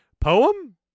poem